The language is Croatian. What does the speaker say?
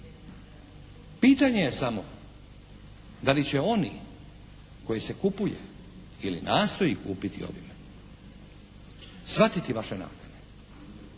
Pitanje je samo da li će oni koje se kupuje ili nastoji kupiti ovime shvatiti vaše nakane?